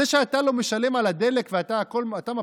זה שאתה לא משלם על הדלק ואתה מבסוט,